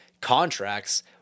contracts